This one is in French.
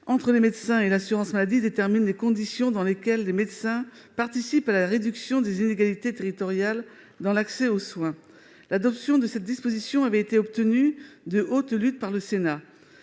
entre les médecins et l'assurance maladie détermine les conditions dans lesquelles les médecins participent à la réduction des inégalités territoriales dans l'accès aux soins. L'adoption de cette disposition a été obtenue de haute lutte par le Sénat,